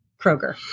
Kroger